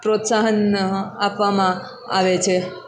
પ્રોત્સાહન આપવામાં આવે છે